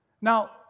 Now